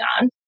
on